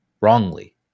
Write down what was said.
wrongly